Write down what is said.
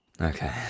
Okay